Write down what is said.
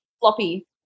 Floppy